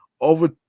Over